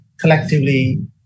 collectively